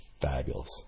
Fabulous